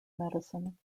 medicine